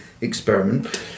experiment